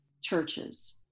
churches